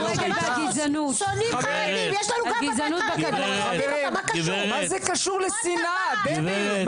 המחשבה ששונאים חרדים -- מה זה קשור לשנאה דבי,